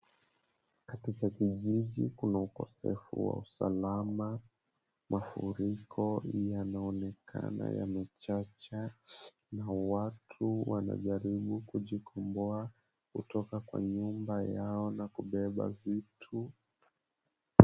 Katika kijiji kuna ukosefu wa usalama. Mafuriko yanaonekana yamechacha, na watu wanajaribu kujikomboa kutoka kwa nyumba yao na kubeba vitu.